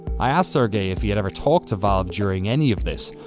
i asked sergey if he had ever talked to valve during any of this.